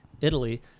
Italy